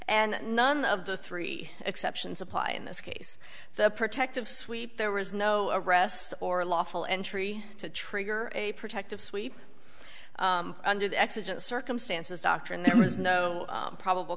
and none of the three exceptions apply in this case the protective sweep there was no arrest or a lawful entry to trigger a protective sweep under the exigent circumstances doctrine there is no probable